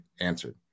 answered